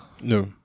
No